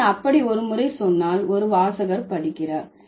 நான் அப்படி ஒரு முறை சொன்னால் ஒரு வாசகர் படிக்கிறார்